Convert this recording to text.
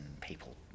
people